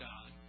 God